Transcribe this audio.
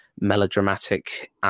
melodramatic